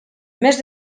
més